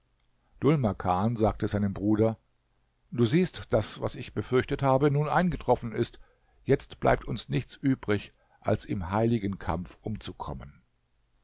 makan sagte seinem bruder du siehst daß was ich befürchtet habe nun eingetroffen ist jetzt bleibt uns nichts übrig als im heiligen kampf umzukommen